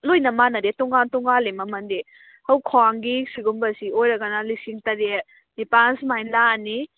ꯂꯣꯏꯅ ꯃꯥꯟꯅꯗꯦ ꯇꯣꯉꯥꯜ ꯇꯣꯉꯥꯜꯂꯦ ꯃꯃꯟꯗꯤ ꯍꯣꯏ ꯈ꯭ꯋꯥꯡꯒꯤ ꯁꯤꯒꯨꯝꯕꯁꯤ ꯑꯣꯏꯔꯒꯅ ꯂꯤꯁꯤꯡ ꯇꯔꯦꯠ ꯅꯤꯄꯥꯜ ꯁꯨꯃꯥꯏꯅ ꯂꯥꯛꯑꯅꯤ